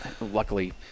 Luckily –